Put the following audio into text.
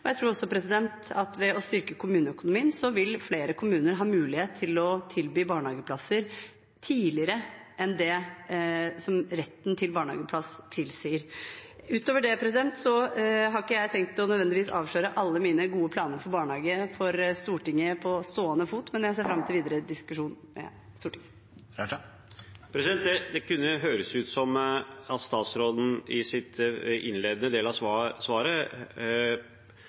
og gjennom det også øke kvaliteten. Og jeg tror også at ved å styrke kommuneøkonomien, vil flere kommuner ha mulighet til å tilby barnehageplasser tidligere enn det retten til barnehageplass tilsier. Utover det har jeg ikke tenkt å nødvendigvis avsløre alle mine gode planer for barnehagene for Stortinget på stående fot, men jeg ser fram til videre diskusjon med Stortinget. Det kunne høres ut, av statsrådens innledende del av svaret, som det var slik at